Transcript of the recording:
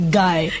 guy